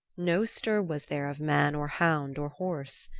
no stir was there of man or hound or horse.